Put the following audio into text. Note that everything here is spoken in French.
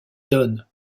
donne